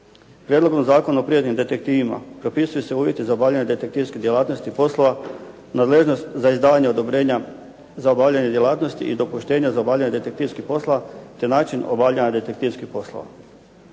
Prijedlogom zakona o privatnim detektivima propisuju se uvjeti za obavljanje detektivskih djelatnosti poslova, nadležnost za izdavanje odobrenja za obavljanje djeltanosti i dopuštenja za obavljanje detektivskih poslova te način obavljanja detektivskih poslova.